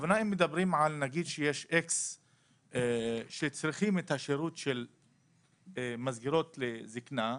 אם מדברים על X שצריכים את השירות של מסגרות לזקנה,